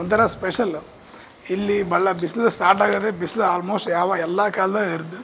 ಒಂಥರ ಸ್ಪೆಷಲ್ ಇಲ್ಲಿ ಭಾಳ ಬಿಸ್ಲು ಸ್ಟಾರ್ಟ್ ಆಗದೇ ಬಿಸ್ಲು ಆಲ್ಮೋಸ್ಟ್ ಎಲ್ಲ ಎಲ್ಲಾ ಕಾಲ್ದಲ್ಲಿ ಇರ್ತಿತ್ತು